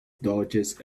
dodges